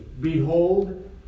Behold